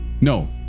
No